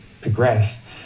progress